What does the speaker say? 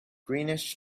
greenish